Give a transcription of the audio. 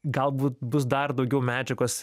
galbūt bus dar daugiau medžiagos